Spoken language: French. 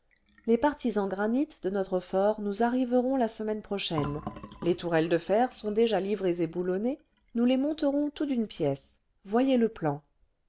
les parties en granit de notre fort nous arriveront la semaine prochaine les tourelles de fer sont déjà livrées et boulonnées nous les monterons tout d'une pièce voyez le plan